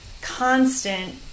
constant